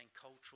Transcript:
cultural